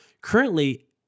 currently